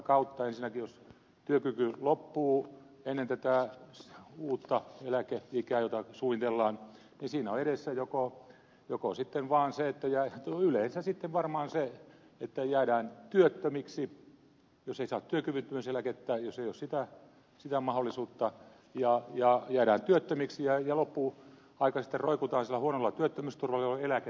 ensinnäkin jos työkyky loppuu ennen tätä uutta eläkeikää jota suunnitellaan siinä on edessä yleensä sitten vaan se että jäädään työttömiksi jos ei saa työkyvyttömyyseläkettä jos ei ole sitä mahdollisuutta jäädään työttömiksi ja loppuaika sitten roikutaan sillä huonolla työttömyysturvalla jolloin eläke pienenee